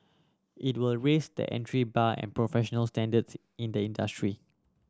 it will raise the entry bar and professional standards in the industry